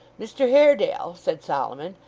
mr haredale said solomon,